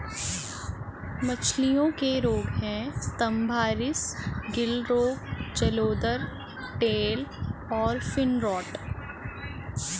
मछलियों के रोग हैं स्तम्भारिस, गिल रोग, जलोदर, टेल और फिन रॉट